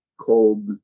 cold